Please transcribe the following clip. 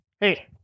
hey